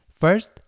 First